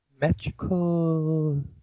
magical